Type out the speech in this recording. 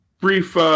Brief